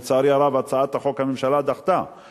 לצערי הרב הממשלה דחתה את הצעת החוק.